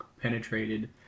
penetrated